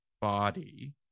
body